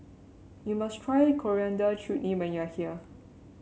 you must try Coriander Chutney when you are here